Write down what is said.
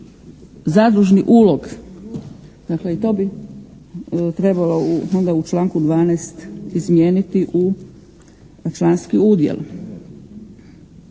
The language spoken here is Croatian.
zadružni ulog. Dakle, i to bi trebalo onda u članku 12. izmijeniti u članski udjel.